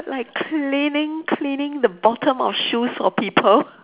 like cleaning cleaning the bottom of shoes for people